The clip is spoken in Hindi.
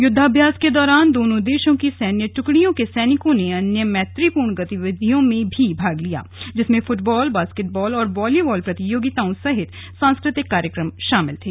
युद्धाभ्यास के दौरान दोनों देशों की सैन्य ट्कडियों के सैनिकों ने अन्य मैत्रीपूर्ण गतिविधियों में भी भाग लिया जिसमें फटबॉल बॉस्केटबॉल और वॉलीबॉल प्रतियोगिताओं सहित सांस्कृतिक कार्यक्रम शामिल थे